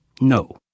no